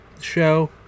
show